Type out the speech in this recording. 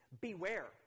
beware